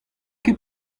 ket